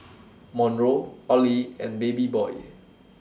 Monroe Olie and Babyboy